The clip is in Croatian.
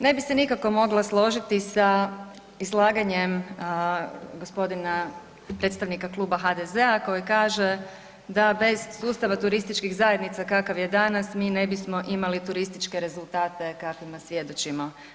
Ne bi se nikako mogla složiti sa izlaganjem gospodina predstavnika kluba HDZ-a koji kaže da bez sustava turističkih zajednica kakav je danas mi ne bismo imali turističke rezultate kakvima svjedočimo.